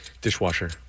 Dishwasher